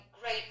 great